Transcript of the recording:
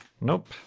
Nope